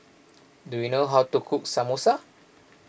do you know how to cook Samosa